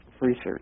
research